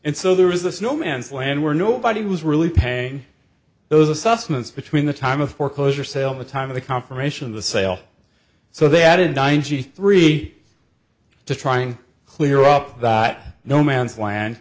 and so there was this no man's land where nobody was really paying those assessments between the time of foreclosure sale the time of the confirmation the sale so they added ninety three to trying to clear up that no man's land